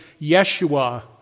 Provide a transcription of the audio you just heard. Yeshua